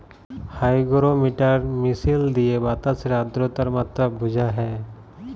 hygrometer মিশিল দিঁয়ে বাতাসের আদ্রতার মাত্রা বুঝা হ্যয়